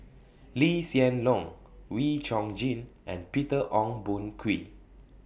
Lee Hsien Loong Wee Chong Jin and Peter Ong Boon Kwee